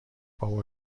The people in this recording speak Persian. بابا